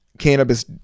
Cannabis